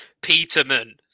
Peterman